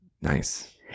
Nice